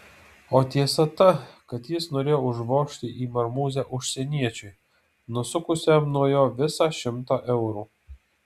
o tiesa ta kad jis norėjo užvožti į marmūzę užsieniečiui nusukusiam nuo jo visą šimtą eurų